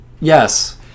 yes